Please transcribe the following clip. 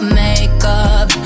makeup